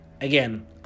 again